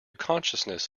consciousness